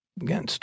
Again